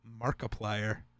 Markiplier